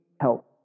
help